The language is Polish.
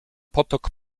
potok